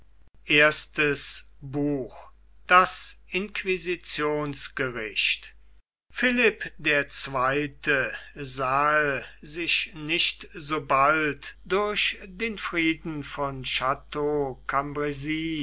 inquisitionsgericht philipp der zweite sah sich nicht so bald durch den frieden von